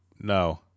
no